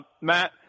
Matt